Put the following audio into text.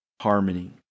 harmony